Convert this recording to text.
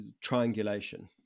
triangulation